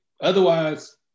otherwise